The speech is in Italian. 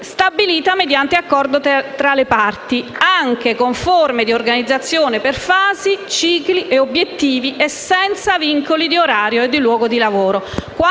stabilita mediante accordo tra le parti, anche con forme di organizzazione per fasi, cicli e obiettivi e senza vincoli di orario e di luogo di lavoro.